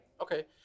okay